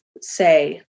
say